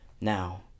now